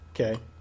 Okay